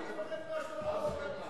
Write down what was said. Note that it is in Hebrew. אל תפחד מהעם.